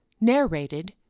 narrated